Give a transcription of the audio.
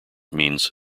means